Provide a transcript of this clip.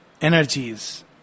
Energies